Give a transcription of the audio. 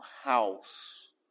house